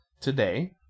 today